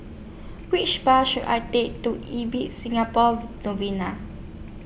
Which Bus should I Take to Ibis Singapore Novena